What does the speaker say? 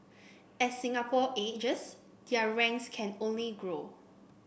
as Singapore ages their ranks can only grow